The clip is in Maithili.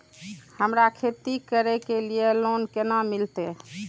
हमरा खेती करे के लिए लोन केना मिलते?